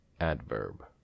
adverb